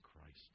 Christ